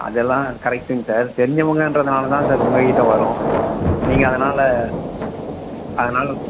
அதெல்லாம் கரெக்ட்டுங்க சார் தெரிஞ்சவங்ககிறதுனால தான் சார் உங்கள் கிட்டே வரோம் நீங்கள் அதனால் அதனால்